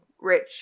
rich